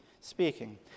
speaking